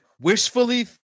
wishfully